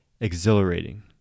Exhilarating